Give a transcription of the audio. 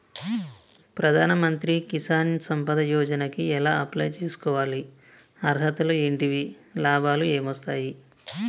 ప్రధాన మంత్రి కిసాన్ సంపద యోజన కి ఎలా అప్లయ్ చేసుకోవాలి? అర్హతలు ఏంటివి? లాభాలు ఏమొస్తాయి?